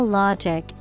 logic